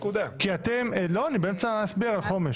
אני חוזר לנימוקיי הקודמים בהצעה הקודמת ואני אומר גם כאן: